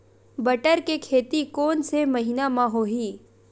बटर के खेती कोन से महिना म होही?